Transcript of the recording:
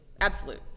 Absolute